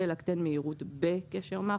(מספר) קשר/מאך